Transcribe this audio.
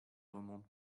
remonte